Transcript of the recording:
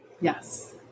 Yes